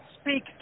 speak